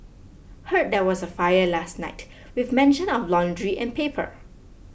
heard there was a fire last night with mention of laundry and paper